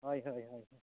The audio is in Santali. ᱦᱳᱭ ᱦᱳᱭ ᱦᱳᱭ